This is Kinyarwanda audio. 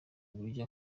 uburyo